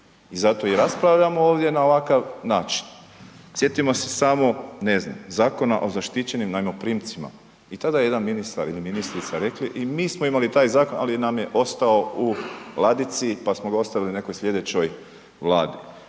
i zato raspravljamo ovdje na ovakav način. Sjetimo se samo, ne znam, Zakona o zaštićenim najmoprimcima, i tada je jedan ministar ili ministrica rekli i mi smo imali taj zakon, ali nam je ostao u ladici, pa smo ga ostavili nekoj slijedećoj Vladi.